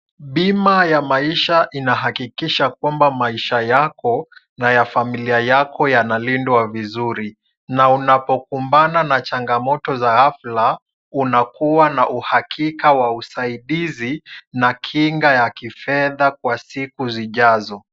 Bima ya maisha inahakikisha kwamba maisha yako na ya familia yako yanalindwa vizuri, na unapokumbana na changamoto za ghafla unakuwa na uhakika wa usaidizi, na kinga ya kifedha kwa siku zijazo.